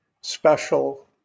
special